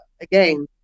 again